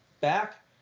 back